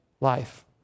life